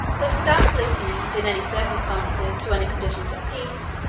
that, without listening, in any circumstances, to any conditions of peace,